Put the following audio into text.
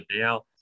now